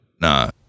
Nah